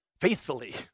faithfully